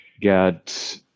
get